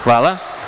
Hvala.